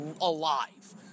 alive